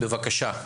בבקשה.